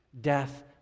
death